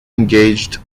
engaged